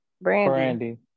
brandy